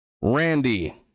Randy